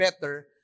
better